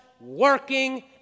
working